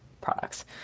products